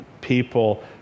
people